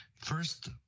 first